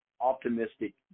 optimistic